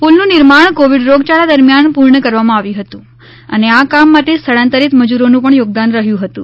પુલનું નિર્માણ કોવિડ રોગયાળા દરમિયાન પૂર્ણ કરવામાં આવ્યું હતું અને આ કામ માટે સ્થળાંતરિત મજુરોનું પણ યોગદાન રહ્યું હતું